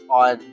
on